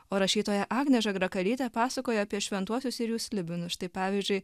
o rašytoja agnė žagrakalytė pasakoja apie šventuosius ir jų slibinus štai pavyzdžiui